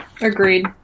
Agreed